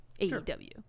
AEW